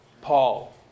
Paul